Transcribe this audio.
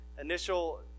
initial